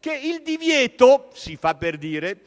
che il divieto (si fa per dire;